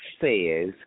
says